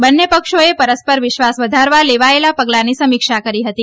બન્ને પક્ષોએ પરસ્પર વિશ્વાસ વધારવા લેવાયેલા પગલાંની સમીક્ષા કરી હતી